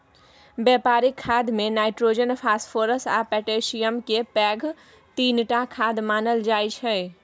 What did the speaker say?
बेपारिक खादमे nitrogen, phosphorus आ पोटाशियमकेँ पैघ तीनटा खाद मानल जाइ छै